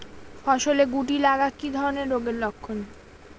ফসলে শুটি লাগা কি ধরনের রোগের লক্ষণ?